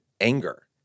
anger